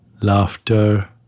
laughter